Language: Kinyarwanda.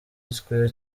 square